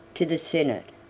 to the senate.